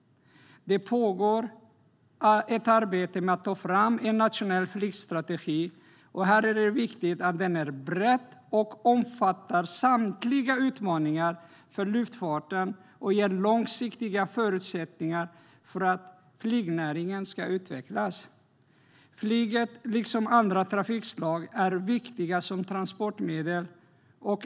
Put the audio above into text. Det pågår ett arbete med att ta fram en nationell flygstrategi. Det är viktigt att den är bred och omfattar samtliga utmaningar för luftfarten och ger långsiktiga förutsättningar för att flygnäringen ska utvecklas. Flyget är, liksom andra trafikslag, viktigt som transportmedel.